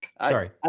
Sorry